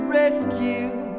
rescue